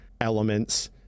elements